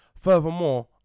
Furthermore